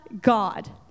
God